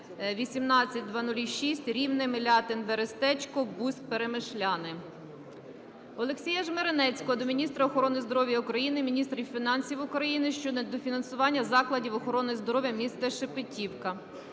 Олексія Жмеренецького до міністра охорони здоров'я України, міністра фінансів України щодо недофінансування закладів охорони здоров'я міста Шепетівка.